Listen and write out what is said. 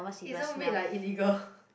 isn't weed like illegal